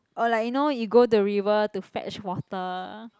or like you know you go the river to fetch water